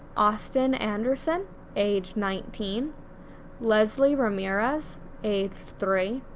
austin anderson age nineteen leslie ramirez age three,